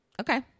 okay